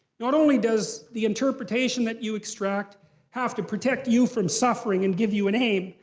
not only does the interpretation that you extract have to protect you from suffering and give you an aim,